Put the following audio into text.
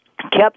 kept